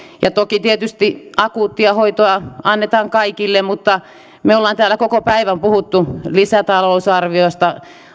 toki tietysti akuuttia hoitoa annetaan kaikille mutta me olemme täällä koko päivän puhuneet lisätalousarviosta